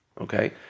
okay